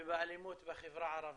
ובאלימות בחברה הערבית.